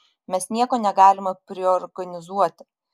mes nieko negalime priorganizuoti